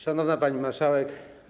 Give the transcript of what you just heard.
Szanowna Pani Marszałek!